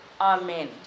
Amen